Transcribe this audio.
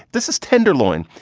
this is tenderloin.